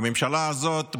הממשלה הזאת,